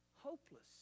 hopeless